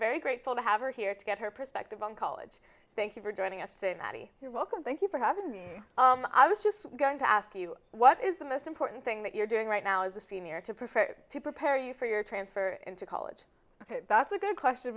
very grateful to have her here to get her perspective on college thank you for joining us today mattie you're welcome thank you for having me i was just going to ask you what is the most important thing that you're doing right now as a senior to prepare to prepare you for your transfer into college ok that's a good question